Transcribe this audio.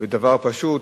ודבר פשוט,